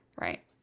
Right